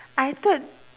I thought